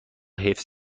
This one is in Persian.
حفظ